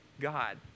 God